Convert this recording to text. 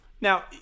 Now